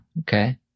okay